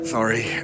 Sorry